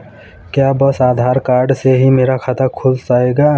क्या बस आधार कार्ड से ही मेरा खाता खुल जाएगा?